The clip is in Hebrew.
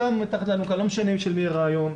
לא משנה של מי הרעיון.